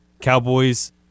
Cowboys